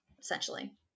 essentially